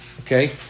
Okay